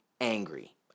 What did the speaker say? angry